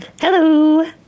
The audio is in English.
Hello